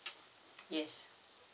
yes